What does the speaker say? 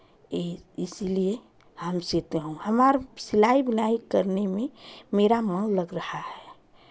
ई इसीलिए हम सिलता हूँ हमारे सिलाई बुनाई करने में मेरा मन लग रहा है